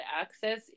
access